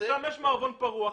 מערבון פרוע.